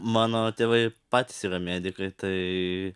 mano tėvai patys yra medikai tai